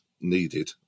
needed